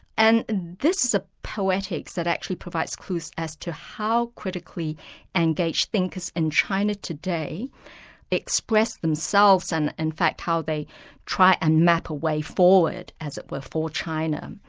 and this is a poetics that actually provide clues as to how critically engaged thinkers in china today express themselves and in fact how they try and map a way forward as it were, for china.